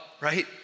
right